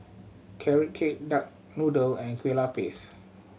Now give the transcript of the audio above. Carrot Cake duck noodle and kue lupis